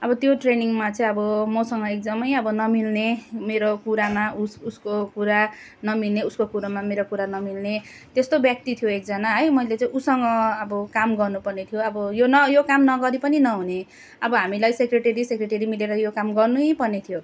अब त्यो ट्रेनिङमा चाहिँ अब मसँग एकदमै अब नमिल्ने मेरो कुरामा उस उसको कुरा नमिल्ने उसको कुरोमा मेरो कुरा नमिल्ने त्यस्तो व्यक्ति थियो एकजना है मैले चाहिँ ऊसँग अब काम गर्नु पर्ने थियो अब यो न यो काम नगरि पनि नहुने अब हामीलाई सेक्रेटरी सेक्रेटरी मिलेर यो काम गर्नै पर्ने थियो